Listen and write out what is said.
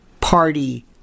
party